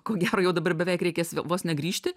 ko gero jau dabar beveik reikės vos ne grįžti